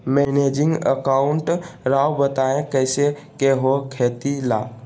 Managing account राव बताएं कैसे के हो खेती ला?